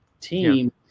team